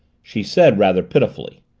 she said rather pitifully,